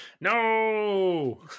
No